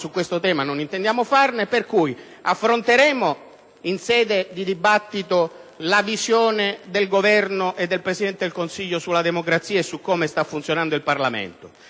economica non intendiamo fare sconti. Pertanto affronteremo in un dibattito la visione del Governo e del Presidente del Consiglio sulla democrazia e su come sta funzionando il Parlamento,